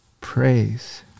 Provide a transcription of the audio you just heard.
praise